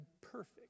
perfect